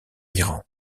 iran